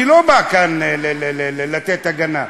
אני לא בא כאן לתת הגנה.